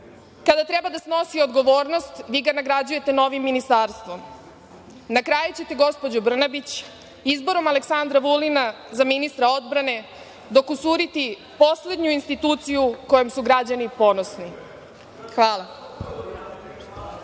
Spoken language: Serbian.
Kada treba da snosi odgovornost, vi ga nagrađujete novim ministarstvom. Na kraju ćete, gospođo Brnabić, izborom Aleksandra Vulina za ministra odbrane dokusuriti poslednju instituciju kojom su građani ponosni. Hvala.